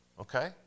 Okay